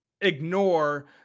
ignore